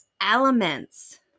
elements